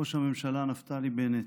ראש הממשלה נפתלי בנט,